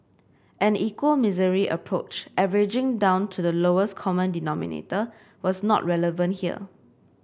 an equal misery approach averaging down to the lowest common denominator was not relevant here